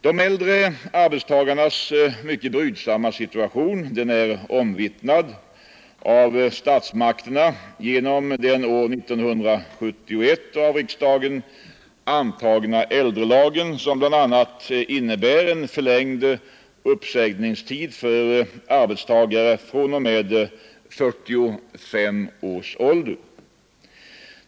De äldre arbetstagarnas mycket brydsamma situation är omvittnad av statsmakterna genom den år 1971 av riksdagen antagna äldrelagen, som bl.a. innebär en förlängd uppsägningstid för arbetstagare fr.o.m. 45 års ålder.